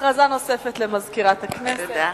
הודעה נוספת לסגנית מזכיר הכנסת.